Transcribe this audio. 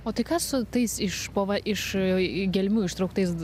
o tai kas su tais išpova iš į gelmių ištrauktais